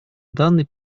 данный